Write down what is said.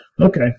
Okay